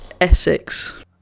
Essex